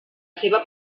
seua